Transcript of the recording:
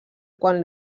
quan